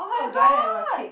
I will die at my peak